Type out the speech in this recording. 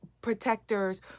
protectors